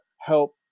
help